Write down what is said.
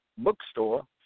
Bookstore